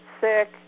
sick